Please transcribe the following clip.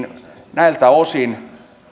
näiltä osin